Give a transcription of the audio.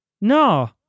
No